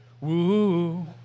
woo